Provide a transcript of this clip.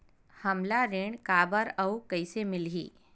हमला ऋण काबर अउ कइसे मिलही?